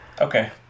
Okay